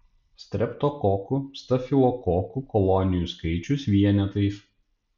streptokokų stafilokokų kolonijų skaičius vienetais